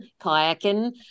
kayaking